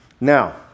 Now